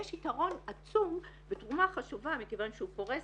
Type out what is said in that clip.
יש יתרון עצום ותרומה חדשה מכוון שהוא פורס